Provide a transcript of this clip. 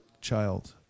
child